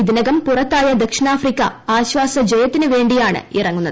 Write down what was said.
ഇതിന്കും പുറത്തായ ദക്ഷിണാഫ്രിക്ക ആശ്വാസ ജയത്തിനുവേണ്ടിയാണ് ഇ്റങ്ങുന്നത്